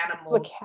animal